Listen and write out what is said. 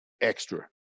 extra